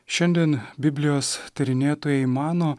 šiandien biblijos tyrinėtojai mano